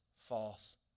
false